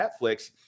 Netflix